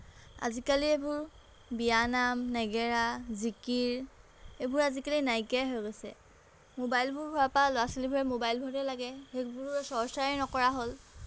আজিকালি এইবোৰ বিয়া নাম নেগেৰা জিকিৰ এইবোৰ আজিকালি নাইকিয়াই হৈ গৈছে ম'বাইলবোৰ হোৱাৰ পৰা ল'ৰা ছোৱালীবোৰে ম'বাইলতে লাগে সেইবোৰ চৰ্চাই নকৰা হ'ল